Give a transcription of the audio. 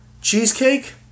Cheesecake